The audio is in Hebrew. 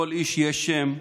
לכל איש יש שם,